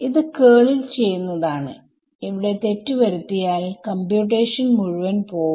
ഇത് കേളിൽ ചെയ്യുന്നതാണ് ഇവിടെ തെറ്റ് വരുത്തിയാൽ കംപ്യൂട്ടേഷൻ മുഴുവൻ പോവും